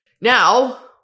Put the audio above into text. Now